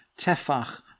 tefach